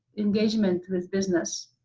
engagement with business,